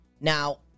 Now